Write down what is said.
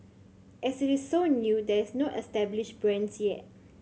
as it is so new there is no established brands yet